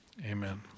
Amen